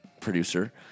producer